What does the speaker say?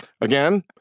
Again